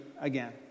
again